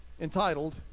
entitled